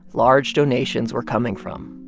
large donations were coming from.